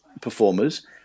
performers